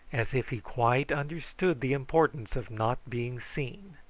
as if he quite understood the importance of not being seen.